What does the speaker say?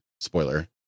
Spoiler